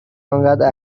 آنقدر